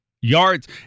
Yards